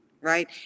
right